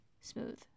smooth